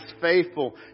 faithful